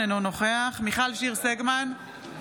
אינו נוכח מיכל שיר סגמן,